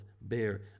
bear